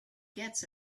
gets